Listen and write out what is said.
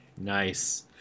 Nice